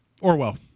Orwell